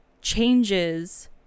changes